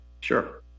Sure